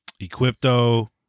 Equipto